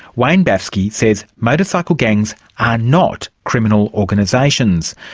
wayne baffsky says motorcycle gangs are not criminal organisations,